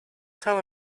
tell